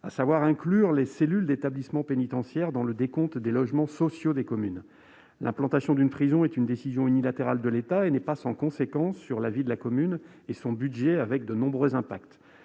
à inclure les cellules d'établissements pénitentiaires dans le décompte des logements sociaux des communes. L'implantation d'une prison est en effet une décision unilatérale de l'État et n'est pas sans conséquence sur la vie de la commune ; les impacts